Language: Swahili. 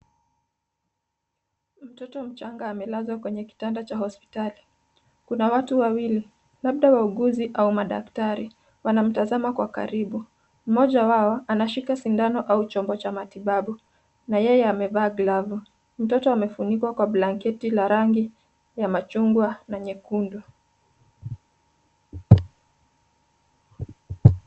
Mtoto mchanga amelazwa kwenye kitanda cha hospitali. Kuna watu wawili, labda wauguzi au madaktari, wanamtazama kwa karibu. Mmoja wao anashika sindano au chombo cha matibabu na yeye amevaa glovu. Mtoto amefunikwa kwa blanketi ya rangi ya machungwa na nyekundu.